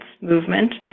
movement